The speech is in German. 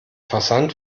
versand